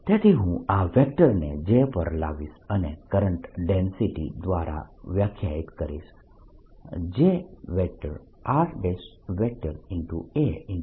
dl તેથી હું આ વેક્ટરને J પર લાવીશ અને કરંટ ડેન્સિટી દ્વારા વ્યાખ્યાયિત કરીશ J r